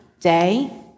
day